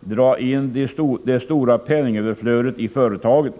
dra in det stora penningöverflödet i företagen”.